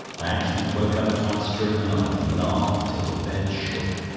i actually woke up twice during the night, and laughed till the bed shook.